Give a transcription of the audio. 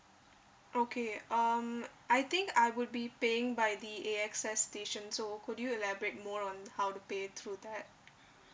okay um I think I would be paying by the A_X_S station so could you elaborate more on how to pay through that